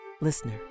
listener